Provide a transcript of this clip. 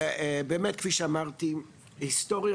באמת כפי שאמרתי, יש היסטוריה